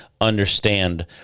understand